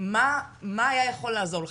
מה היה יכול לעזור לך?